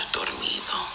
dormido